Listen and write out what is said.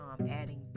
adding